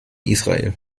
israel